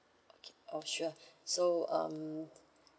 okay oh sure so um